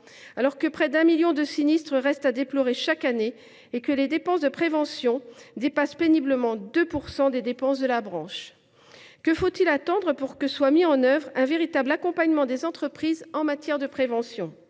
alors que près d’un million de sinistres restent à déplorer chaque année et que les dépenses de prévention dépassent péniblement 2 % des dépenses de la branche ? Que faut il attendre pour que soit mis en œuvre un véritable accompagnement des entreprises en matière de prévention ?